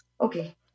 Okay